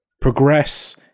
progress